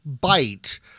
bite